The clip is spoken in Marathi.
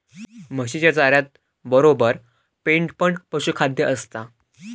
म्हशीच्या चाऱ्यातबरोबर पेंड पण पशुखाद्य असता